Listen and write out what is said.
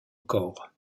encore